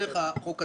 דרך החוק הצבאי.